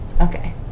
okay